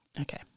Okay